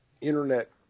internet